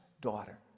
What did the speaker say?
daughter